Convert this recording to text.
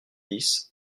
dix